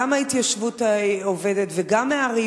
גם מההתיישבות העובדת וגם מהערים.